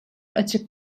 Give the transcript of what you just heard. açık